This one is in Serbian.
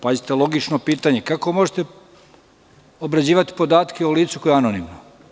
Pazite logično pitanje – kako možete obrađivati podatke o licu koje je anonimno?